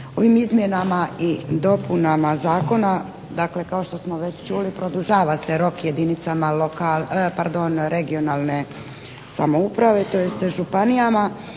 Ovim izmjenama i dopunama zakona dakle kao što smo već čuli produžava se rok jedinicama regionalne samouprave tj. županijama